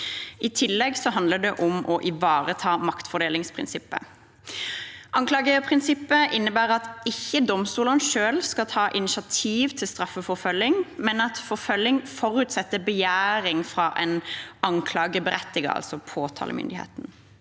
I tillegg handler det om å ivareta maktfordelingsprinsippet. Anklageprinsippet innebærer at domstolene ikke selv skal ta initiativ til straffeforfølgning, men at forfølging forutsetter begjæring fra en anklageberettiget, altså påtalemyndigheten.